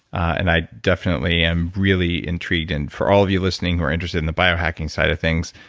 and i definitely am really intrigued in. for all of you listening who are interested in the biohacking side of things,